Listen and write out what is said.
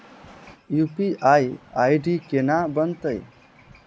UPI ID केना बनतै?